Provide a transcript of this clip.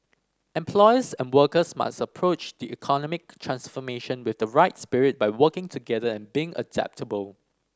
employers and workers must approach the economic transformation with the right spirit by working together and being adaptable